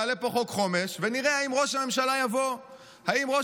יעלה פה חוק חומש ונראה אם ראש הממשלה יבוא להצביע,